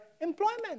employment